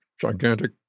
gigantic